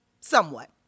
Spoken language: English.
somewhat